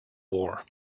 war